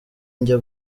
njya